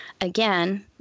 Again